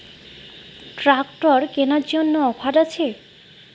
Tractor কেনার জন্য offer আছে?